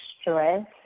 stress